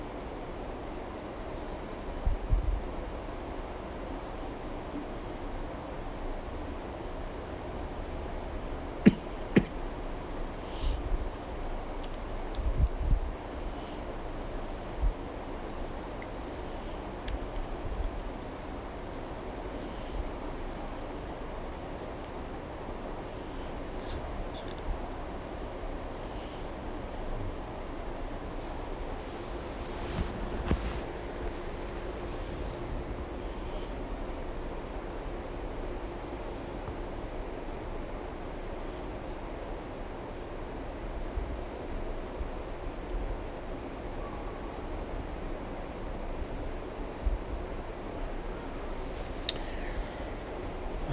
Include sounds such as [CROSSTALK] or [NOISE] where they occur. [COUGHS] [BREATH]